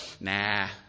Nah